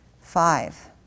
Five